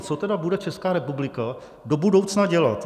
Co tedy bude Česká republika do budoucna dělat?